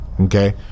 okay